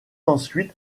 ensuite